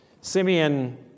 Simeon